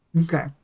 Okay